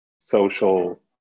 social